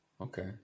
Okay